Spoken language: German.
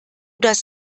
das